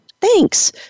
Thanks